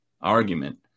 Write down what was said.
argument